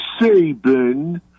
Saban